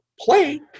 play